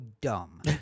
Dumb